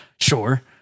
Sure